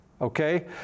okay